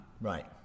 Right